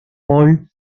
paul